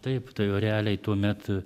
taip tai jau realiai tuomet